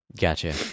Gotcha